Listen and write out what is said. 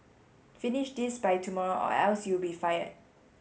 finish this by tomorrow or else you'll be fired